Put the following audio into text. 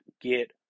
get